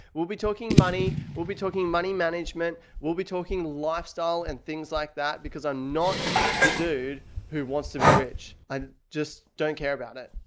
we'll be talking money, we'll be talking money management, we'll be talking lifestyle and things like that because i'm ah not the dude who wants to be rich and just don't care about it.